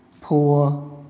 poor